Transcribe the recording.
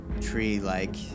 tree-like